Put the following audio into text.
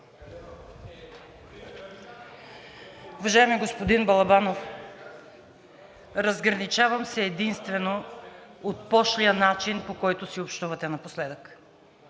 Уважаеми господин Балабанов, разграничавам се единствено от пошлия начин, по който си общувате напоследък